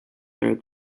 their